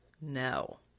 no